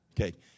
Okay